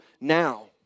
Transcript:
now